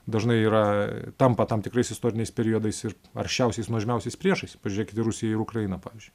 dažnai yra tampa tam tikrais istoriniais periodais ir aršiausiais nuožmiausiais priešais pažiūrėkit į rusiją ir ukrainą pavyzdžiui